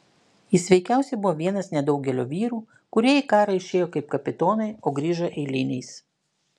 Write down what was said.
jis veikiausiai buvo vienas nedaugelio vyrų kurie į karą išėjo kaip kapitonai o grįžo eiliniais